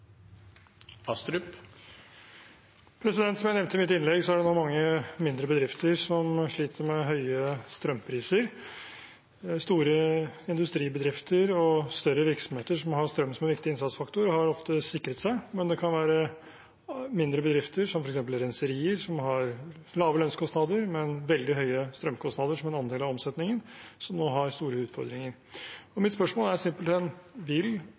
det nå mange mindre bedrifter som sliter med høye strømpriser. Store industribedrifter og større virksomheter som har strøm som en viktig innsatsfaktor, har ofte sikret seg, men det kan være mindre bedrifter, som f.eks. renserier, som har lave lønnskostnader, men veldig høye strømkostnader som en andel av omsetningen, som nå har store utfordringer. Mitt spørsmål er simpelthen: